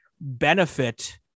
benefit